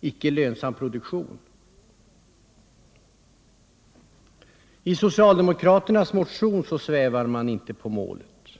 icke lönsam produktion? I socialdemokraternas motion svävar man inte på målet.